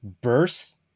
burst